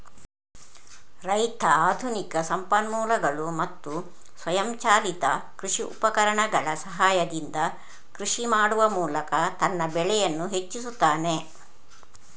ರೈತ ಆಧುನಿಕ ಸಂಪನ್ಮೂಲಗಳು ಮತ್ತು ಸ್ವಯಂಚಾಲಿತ ಕೃಷಿ ಉಪಕರಣಗಳ ಸಹಾಯದಿಂದ ಕೃಷಿ ಮಾಡುವ ಮೂಲಕ ತನ್ನ ಬೆಳೆಯನ್ನು ಹೆಚ್ಚಿಸುತ್ತಾನೆ